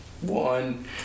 One